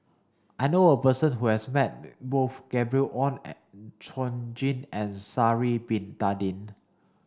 I know a person who has met both Gabriel Oon Chong Jin and Sha'ari bin Tadin